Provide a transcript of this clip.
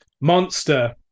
monster